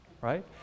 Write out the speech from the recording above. right